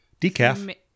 decaf